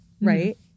right